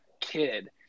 kid